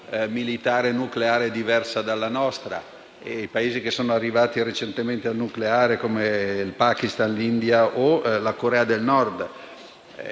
militare e nucleare diversa dalla nostra, Paesi che sono arrivati recentemente al nucleare, come il Pakistan, l'India o la Corea del Nord.